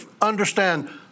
understand